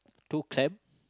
two clam